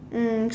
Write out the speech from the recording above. mm